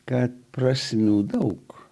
kad prasmių daug